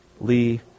Lee